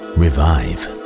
revive